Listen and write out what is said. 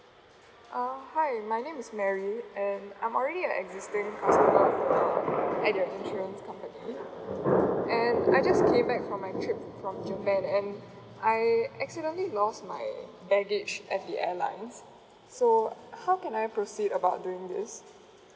uh hi my name is mary and I'm already an existing customer at your insurance company and I just came back from my trip from japan and I accidentally lost my baggage at the airline so how can I proceed about doing this